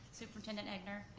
superintendent egnor,